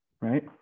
right